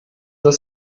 das